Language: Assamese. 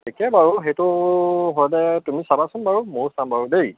ঠিকে বাৰু সেইটো তুমি চাবাচোন বাৰু ময়ো চাম বাৰু দেই